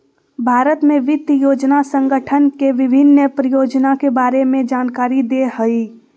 भारत में वित्त योजना संगठन के विभिन्न परियोजना के बारे में जानकारी दे हइ